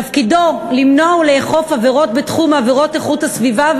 תפקידו למנוע עבירות ולאכוף את החוק בתחום איכות הסביבה,